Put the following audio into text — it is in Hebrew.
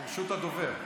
ברשות הדובר.